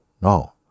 No